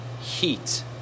heat